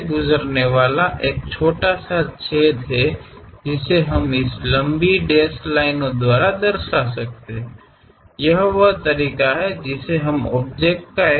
ಮತ್ತು ಅದರ ಮೂಲಕ ಹಾದುಹೋಗುವ ಒಂದು ಸಣ್ಣ ರಂಧ್ರವಿದೆ ಈ ಉದ್ದವಾದ ಡ್ಯಾಶ್ ಡ್ಯಾಶ್ಡ್ ರೇಖೆಯಿಂದ ನಾವು ಪ್ರತಿನಿಧಿಸಬಹುದು ನಾವು ವಸ್ತುವಿನ ವಿಭಾಗೀಯ ನೋಟವನ್ನು ಪಡೆಯುವ ವಿಧಾನ ಇದು